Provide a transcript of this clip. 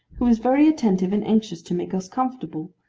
who was very attentive and anxious to make us comfortable,